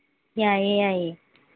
ꯌꯥꯏꯌꯦ ꯌꯥꯏꯌꯦ